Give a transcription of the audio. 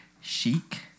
chic